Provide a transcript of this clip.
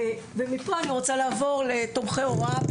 מפה אני רוצה לעבור לתומכי הוראה.